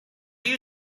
you